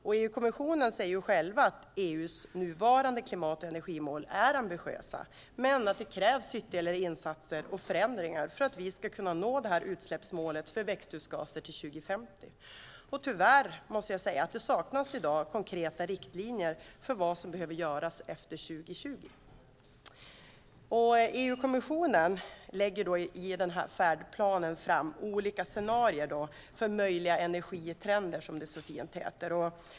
EU-kommissionen säger själv att EU:s nuvarande klimat och energimål är ambitiösa men att det krävs ytterligare insatser och förändringar för att vi ska kunna nå utsläppsmålet för växthusgaser till 2050. Tyvärr måste jag säga att det i dag saknas konkreta riktlinjer för vad som behöver göras efter 2020. EU-kommissionen lägger i färdplanen fram olika scenarier för möjliga energitrender, som det så fint heter.